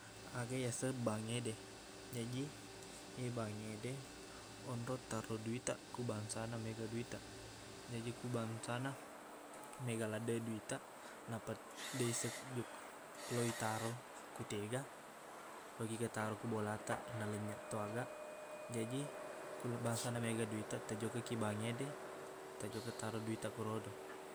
Aga yaseng bank ngede jaji iye bank ngede onrong taro duitaq ku bangsana mega duitaq jaji ku bangsana mega laddeq duitaq nappa deq isseng jok- lo itaro ku tega lokiga taro ko bolataq nalennyeqto aga jaji ku bangsa na mega duitaq tajokkakiq bank ngede tajokka taro duitaq korodo